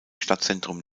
stadtzentrum